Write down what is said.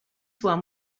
one